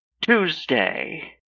Tuesday